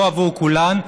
לא עבור כולן,